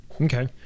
okay